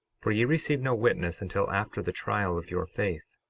for ye receive no witness until after the trial of your faith.